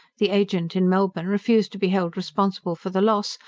the agent in melbourne refused to be held responsible for the loss,